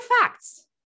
facts